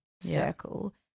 circle